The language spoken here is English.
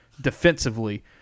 defensively